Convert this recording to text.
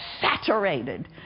saturated